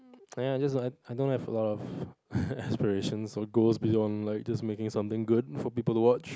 !aiya! I just I don't have a lot of aspiration so goes beyond like just making something good for people to watch